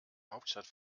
hauptstadt